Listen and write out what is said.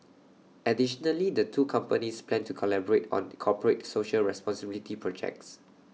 additionally the two companies plan to collaborate on corporate social responsibility projects